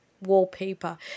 wallpaper